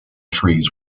trees